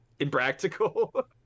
impractical